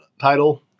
title